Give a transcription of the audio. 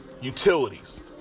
utilities